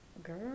girl